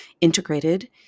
integrated